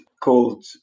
called